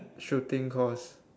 shooting course